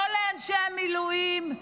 לא לאנשי המילואים,